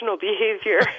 behavior